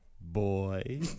Boy